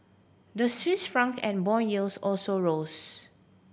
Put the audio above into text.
the Swiss franc and bond yields also rose